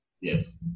Yes